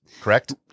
correct